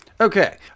Okay